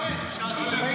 ש"ס לא הצביעו.